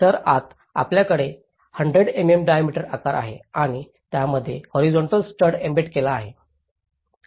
तर आता आपल्याकडे 100 mm डायमीटर आकार आहे आणि त्यामध्ये हॉरीझॉन्टल स्टड एम्बेड केला आहे